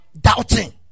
Doubting